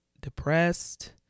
depressed